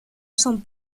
son